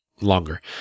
longer